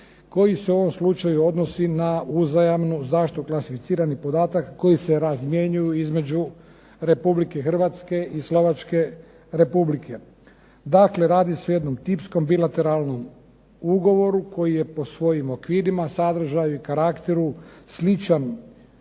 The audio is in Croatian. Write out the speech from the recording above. koji se u ovom slučaju odnosi na uzajamnu zaštitu klasificiranih podataka koji se razmjenjuju između Republike Hrvatske i Slovačke Republike. Dakle, radi se o jednom tipskom bilateralnom ugovoru koji je po svojim okvirima, sadržaju i karakteru sličan